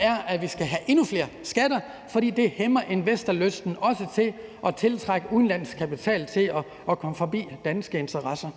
er, at vi skal have endnu flere skatter, fordi det hæmmer investorlysten, også i forhold til at tiltrække udenlandsk kapital til at styrke danske interesser.